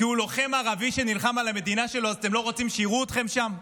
כי הוא לוחם ערבי שנלחם על המדינה שלו אז אתם לא רוצים שיראו אתכם שם?